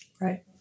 Right